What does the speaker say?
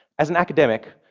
as an academic,